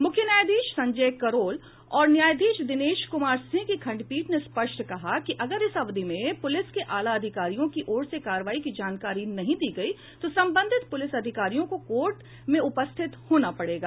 मुख्य न्यायाधीश संजय करोल और न्यायाधीश दिनेश कुमार सिंह की खंडपीठ ने स्पष्ट कहा कि अगर इस अवधि में पुलिस के आला अधिकारियों की ओर से कार्रवाई की जानकारी नहीं दी गई तो संबंधित पूलिस अधिकारियों को कोर्ट में उपस्थित होना पड़ेगा